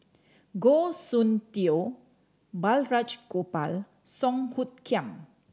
Goh Soon Tioe Balraj Gopal Song Hoot Kiam